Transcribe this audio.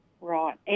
Right